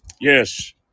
Yes